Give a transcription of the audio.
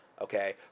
Okay